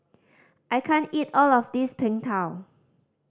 I can't eat all of this Png Tao